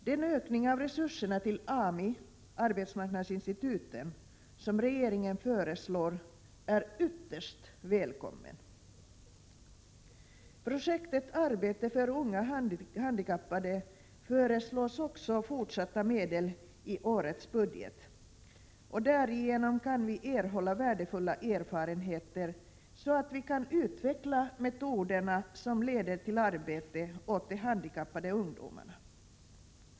Den ökning av resurserna till AMI som regeringen föreslår är ytterst välkommen. Projektet ”Arbete för unga handikappade” föreslås i årets budget få medel även fortsättningsvis. Därigenom kan vi erhålla värdefulla erfarenheter, så att vi kan utveckla metoder, som leder till arbete åt de handikappade ungdomarna.